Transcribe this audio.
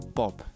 pop